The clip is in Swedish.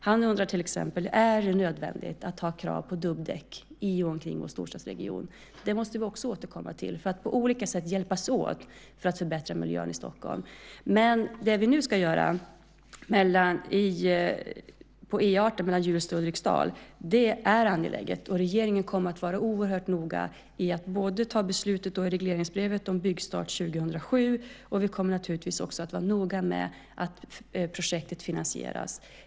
Han undrar till exempel om det är nödvändigt att ha krav på dubbdäck i och omkring vår storstadsregion. Det måste vi också återkomma till för att på olika sätt hjälpas åt att förbättra miljön i Stockholm. Men det som vi nu ska göra på E 18 mellan Hjulsta och Ulriksdal är angeläget. Regeringen kommer att vara oerhört noga med att fullfölja beslutet i regleringsbrevet om byggstart 2007. Vi kommer naturligtvis också att vara noga med att projektet finansieras.